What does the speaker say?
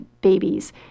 babies